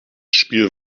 spiel